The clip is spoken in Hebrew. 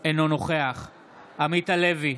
אינו נוכח עמית הלוי,